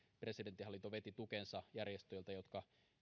presidentin hallinto veti tukensa järjestöiltä jotka